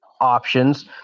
options